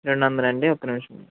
రెండొందలండీ ఒక్క నిమిషం